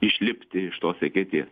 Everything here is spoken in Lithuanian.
išlipti iš tos eketės